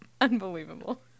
Unbelievable